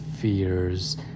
fears